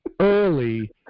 early